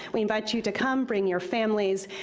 we invite you to come, bring your families.